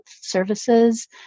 services